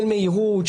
של מהירות,